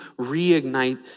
reignite